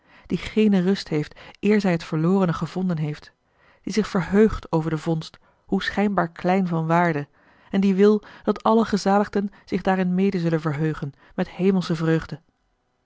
geene rust heeft eer zij het verlorene gevonden heeft die zich verheugt over de vondst hoe schijnbaar klein van waarde en die wil dat alle gezaligden zich daarin mede zullen verheugen met hemelsche vreugde